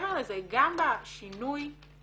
ומעבר לזה, גם בשינוי שאני